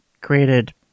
created